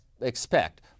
expect